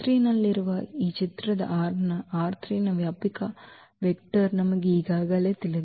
ನಲ್ಲಿರುವ ಈ ಚಿತ್ರದ ನ ವ್ಯಾಪಕ ವೆಕ್ಟರ್ ನಮಗೆ ಈಗಾಗಲೇ ತಿಳಿದಿದೆ